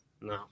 no